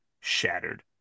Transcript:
shattered